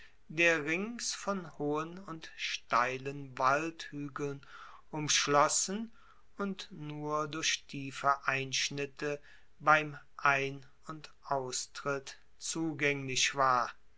der rings von hohen und steilen waldhuegeln umschlossen und nur durch tiefe einschnitte beim ein und austritt zugaenglich war